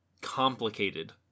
complicated